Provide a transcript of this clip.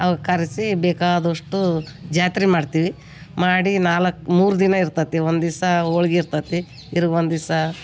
ಅವ ಕರೆಸಿ ಬೇಕಾದೊಷ್ಟು ಜಾತ್ರೆ ಮಾಡ್ತೀವಿ ಮಾಡಿ ನಾಲ್ಕು ಮೂರು ದಿನ ಇರ್ತದೆ ಒಂದು ದಿವ್ಸ ಹೋಳ್ಗಿ ಇರ್ತದೆ ಇರೋ ಒಂದು ದಿವ್ಸಾ